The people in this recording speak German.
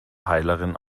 heilerin